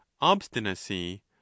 obstinacy